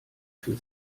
für